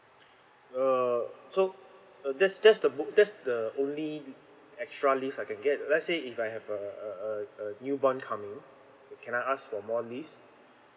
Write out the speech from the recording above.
uh so that's that's the that's the only extra leave I can get let's say if I have a a a new one coming can I ask for more leave